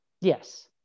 Yes